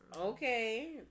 okay